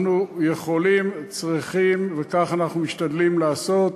אנחנו יכולים, צריכים, וכך אנחנו משתדלים לעשות: